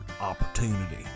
opportunity